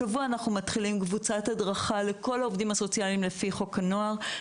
השבוע אנחנו מתחילים קבוצת הדרכה לכל העובדים הסוציאליים לפי חוק הנוער.